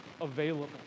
available